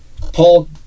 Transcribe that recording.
Paul